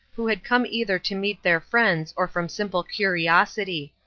who had come either to meet their friends or from simple curiosity.